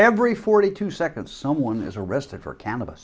every forty two seconds someone is arrested for can